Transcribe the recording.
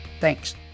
Thanks